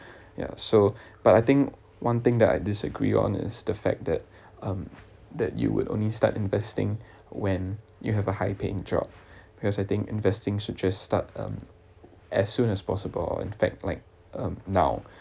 ya so but I think one thing that I disagree on is the fact that um that you would only start investing when you have a high paying job because I think investing should just start um as soon as possible or in fact like um now